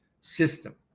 system